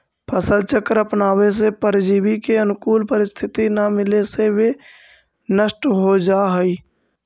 फसल चक्र अपनावे से परजीवी के अनुकूल परिस्थिति न मिले से वे नष्ट हो जाऽ हइ